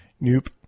Nope